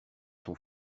son